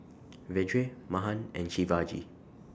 Vedre Mahan and Shivaji